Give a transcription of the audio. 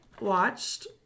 watched